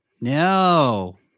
no